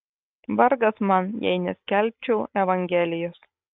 vargas man jei neskelbčiau evangelijos